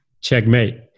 checkmate